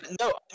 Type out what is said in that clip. No